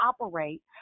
operate